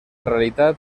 realitat